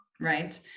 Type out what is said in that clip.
right